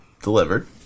delivered